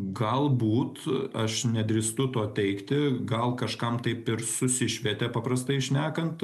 galbūt aš nedrįstu to teigti gal kažkam taip ir susišvietė paprastai šnekant